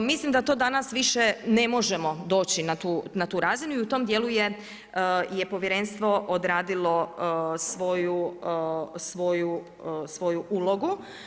Mislim da to danas više ne možemo doći na tu razinu i u tom dijelu je povjerenstvo odradilo svoju ulogu.